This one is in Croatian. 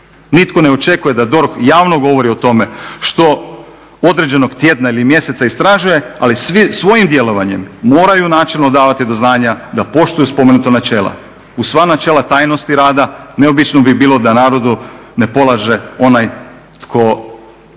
Nitko ne očekuje da DORH javno govori o tome što određenog tjedna ili mjeseca istražuje ali svojim djelovanjem moraju načelno davati do znanja da poštuju spomenuta načela. Uz sva načela tajnosti rada, neobično bi bilo da narodu ne polaže onaj koga